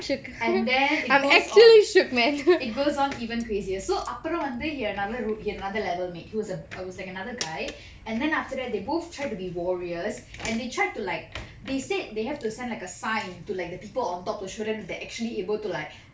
and then it goes on it goes on even crazier so அப்புறம் வந்து:appuram vanthu he had another room he had another level mate he was a it was like another guy and then after that they both tried to be warriors and they tried to like they said they have to send like a sign to let the people on top to show them that they actually able to like